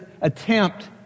attempt